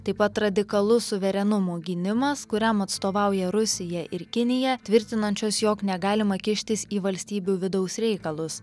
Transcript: taip pat radikalus suverenumo gynimas kuriam atstovauja rusija ir kinija tvirtinančios jog negalima kištis į valstybių vidaus reikalus